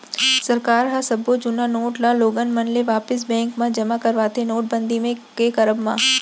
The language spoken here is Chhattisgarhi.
सरकार ह सब्बो जुन्ना नोट ल लोगन मन ले वापिस बेंक म जमा करवाथे नोटबंदी के करब म